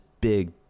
big